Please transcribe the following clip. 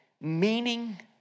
meaning